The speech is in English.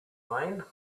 wayne